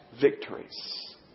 victories